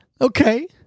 Okay